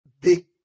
big